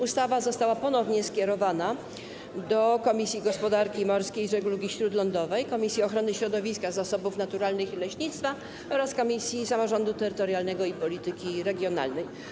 Ustawa została ponownie skierowana do Komisji Gospodarki Morskiej i Żeglugi Śródlądowej, Komisji Ochrony Środowiska, Zasobów Naturalnych i Leśnictwa oraz Komisji Samorządu Terytorialnego i Polityki Regionalnej.